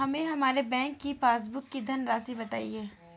हमें हमारे बैंक की पासबुक की धन राशि बताइए